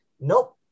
Nope